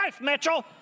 Mitchell